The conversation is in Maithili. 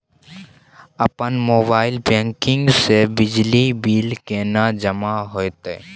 अपन मोबाइल बैंकिंग से बिजली बिल केने जमा हेते?